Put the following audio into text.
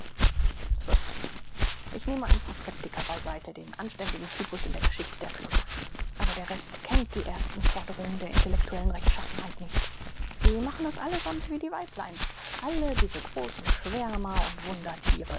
ich nehme ein paar skeptiker bei seite den anständigen typus in der geschichte der philosophie aber der rest kennt die ersten forderungen der intellektuellen rechtschaffenheit nicht sie machen es allesammt wie die weiblein alle diese großen schwärmer und